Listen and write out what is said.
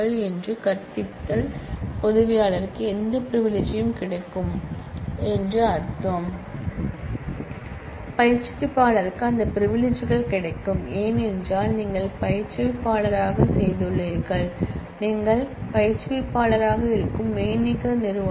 எனவே கற்பித்தல் உதவியாளருக்கு எந்த பிரிவிலிஜ்யும் கிடைக்கும் என்று அர்த்தம் பயிற்றுவிப்பாளருக்கு அந்த பிரிவிலிஜ்கள் கிடைக்கும் ஏனென்றால் நீங்கள் பயிற்றுவிப்பாளராக செய்துள்ளீர்கள் நீங்கள் பயிற்றுவிப்பாளராக இருக்கும் மெய்நிகர் நிறுவனம்